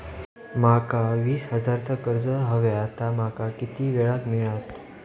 माका वीस हजार चा कर्ज हव्या ता माका किती वेळा क मिळात?